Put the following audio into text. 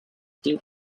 deep